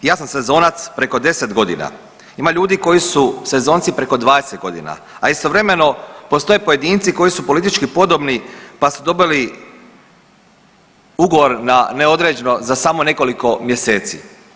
Ja sam sezonac preko 10 godina ima ljudi koji su sezonci preko 20 godina, a istovremeno postoje pojedinci koji su politički podobni pa su dobili ugovor na neodređeno za samo nekoliko mjeseci.